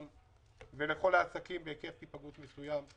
ולכל העסקים בהיקף היפגעות מסוימת.